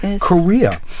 Korea